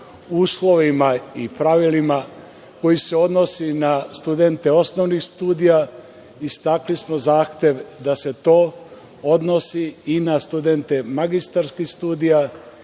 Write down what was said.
uslovima i pravilima koji se odnose na studente osnovnih studija, istakli smo zahtev da se to odnosi i na studente magistarskih studija